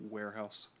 warehouse